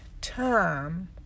time